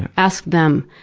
and ask them,